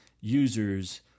users